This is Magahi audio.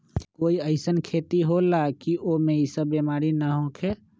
कोई अईसन खेती होला की वो में ई सब बीमारी न होखे?